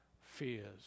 fears